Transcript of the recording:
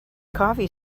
coffee